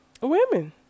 women